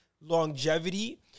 longevity